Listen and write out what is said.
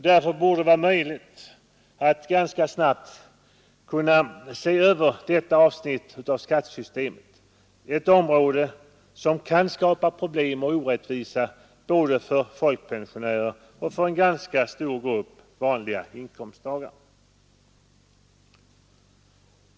Därför borde det vara möjligt att ganska snabbt se över detta avsnitt av skattesystemet, ett område som kan skapa problem och orättvisa både för folkpensionärer och för en ganska stor grupp vanliga inkomsttagare.